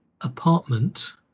apartment